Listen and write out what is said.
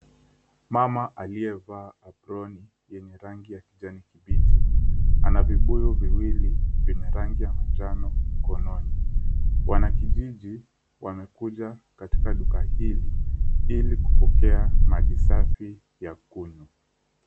Mama aliyevaa aproni yenye rangi ya kijani kibichi ana vibuyu viwili vyenye rangi ya manjano mkononi. Wanakijiji wameketi katika duka hili ilikupokea maji safi ya kunywa.